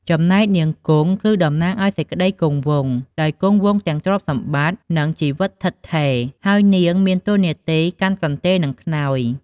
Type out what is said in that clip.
ចំណែកនាងគង់ គឺតំណាងឱ្យសេចក្តីគង់វង់ ដោយគង់វង់ទាំងទ្រព្យសម្បត្តិ និងជីវិតឋិតថេរ ហើយនាងមានតួនាទីកាន់កន្ទេលនិងខ្នើយ ។